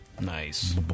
Nice